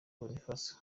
boniface